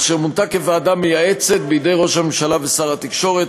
אשר מונתה כוועדה מייעצת בידי ראש הממשלה ושר התקשורת.